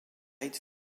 light